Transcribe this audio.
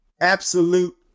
absolute